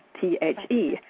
t-h-e